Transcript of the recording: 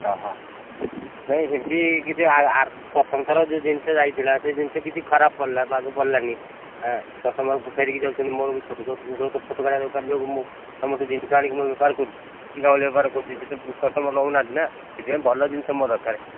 ହଁ ହଁ ନାଇଁ ସେମିତି କିଛି ପ୍ରଥମ ଥର ଯେଉଁ ଜିନିଷ ଯାଇଥିଲା ସେ ଜିନିଷ କିଛି ଖରାପ ପଡ଼ିଲା ବାଗ ପଡ଼ିଲାନି ହଁ କଷ୍ଟମର୍ ଫେରିକି ଯାଉଛନ୍ତି ମୋର ବି ଛୋଟ ଛୋଟ କାଟିଆ ଦୋକାନ ଯୋଗୁଁ ମୁଁ ତୁମଠୁ ଜିନିଷ ଆଣିକି ମୁଁ ବେପାର କରୁଛି ବେପାର କରୁଛି କଷ୍ଟମର୍ ନେଉନାହାନ୍ତି ନା ସେଥିପାଇଁ ଭଲ ଜିନିଷ ମୋର ଦରକାର